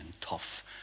tough